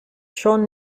schon